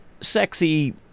sexy